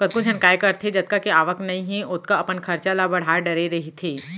कतको झन काय करथे जतका के आवक नइ हे ओतका अपन खरचा ल बड़हा डरे रहिथे